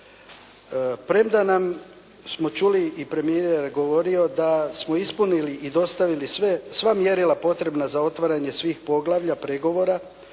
Premda nam smo čuli i premijer je govorio da smo ispunili i dostavili sve, sva mjerila potrebna za otvaranje svih poglavlja, pregovora